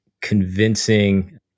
convincing